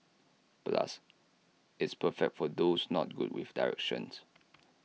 plus it's perfect for those not good with directions